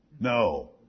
No